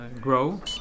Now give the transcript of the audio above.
grow